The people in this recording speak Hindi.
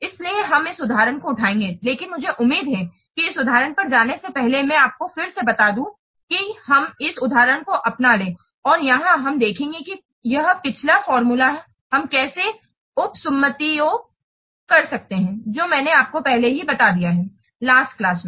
इसलिए हम इस उदाहरण को उठाएंगे लेकिन मुझे उम्मीद है कि इस उदाहरण पर जाने से पहले मैं आपको फिर से बता दूं कि हम इस उदाहरण को अपना लें और यहाँ हम देखेंगे कि यह पिछला फार्मूला हम कैसे उपसुम्मातिओं कर सकते हैं जो मैंने आपको पहले ही बता दिया है लास्ट क्लास में